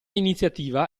iniziativa